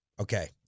Okay